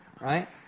Right